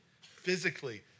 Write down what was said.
physically